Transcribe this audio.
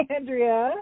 Andrea